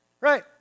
Right